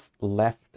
left